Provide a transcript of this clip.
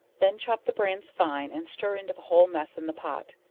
then chop the brains fine and stir into the whole mess in the pot,